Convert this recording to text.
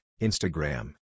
Instagram